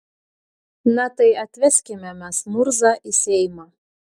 na tai atveskime mes murzą į seimą